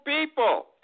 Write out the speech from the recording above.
people